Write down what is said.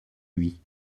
lui